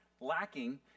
lacking